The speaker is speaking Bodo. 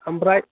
ओमफ्राय